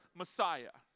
Messiah